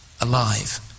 Alive